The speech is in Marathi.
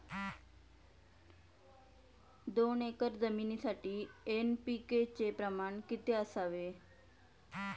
दोन एकर जमिनीसाठी एन.पी.के चे प्रमाण किती असावे?